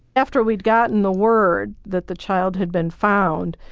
after we'd gotten the word that the child had been found,